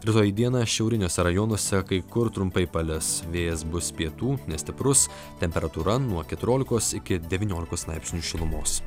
rytoj dieną šiauriniuose rajonuose kai kur trumpai palis vėjas bus pietų nestiprus temperatūra nuo keturiolikos iki devyniolikos laipsnių šilumos